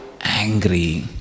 angry